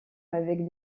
avec